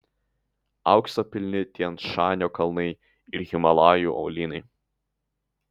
aukso pilni tian šanio kalnai ir himalajų uolynai